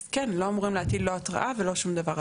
אז כן, לא אמורים להטיל לא התראה ולא שום דבר.